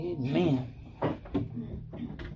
Amen